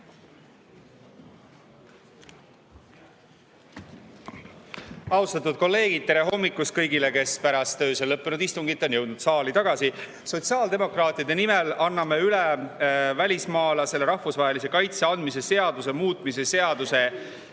Austatud kolleegid, tere hommikust kõigile, kes pärast öösel lõppenud istungit on jõudnud saali tagasi! Sotsiaaldemokraatide nimel annan üle välismaalasele rahvusvahelise kaitse andmise seaduse muutmise seaduse